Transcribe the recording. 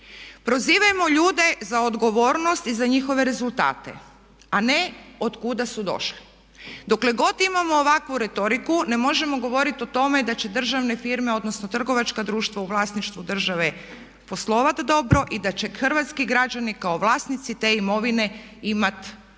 Prozivajmo ljude za odgovornost i za njihove rezultate a ne od kuda su došli. Dokle god imamo ovakvu retoriku ne možemo govoriti o tome da će državne firme odnosno trgovačka društva u vlasništvu države poslovati dobro i da će hrvatski građani kao vlasnici te imovine imat koristi.